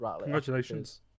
Congratulations